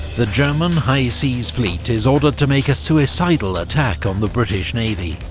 the german high seas fleet is ordered to make a suicidal attack on the british navy,